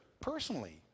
personally